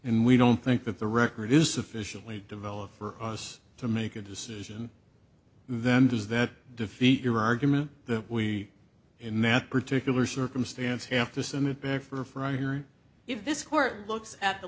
and we don't think that the record is sufficiently developed for us to make a decision then does that defeat your argument that we in that particular circumstance have to send it back for for a year or if this court looks at the